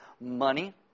money